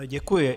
Děkuji.